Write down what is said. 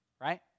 right